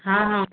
ହଁ ହଁ